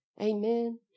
Amen